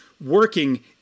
working